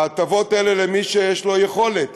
ההטבות האלה הן למי שיש לו יכולת,